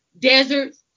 deserts